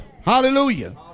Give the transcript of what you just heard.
Hallelujah